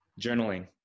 journaling